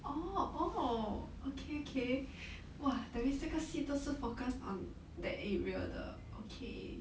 orh oh okay okay !wah! that means 这个戏都是 focus on that area 的 okay